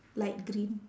light green